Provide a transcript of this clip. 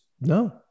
no